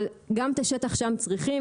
אבל גם את השטח שם צריכים,